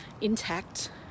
intact